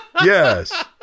yes